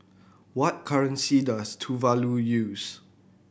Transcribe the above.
what currency does Tuvalu use